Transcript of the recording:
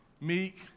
meek